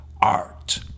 Art